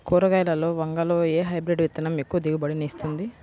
కూరగాయలలో వంగలో ఏ హైబ్రిడ్ విత్తనం ఎక్కువ దిగుబడిని ఇస్తుంది?